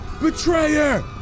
betrayer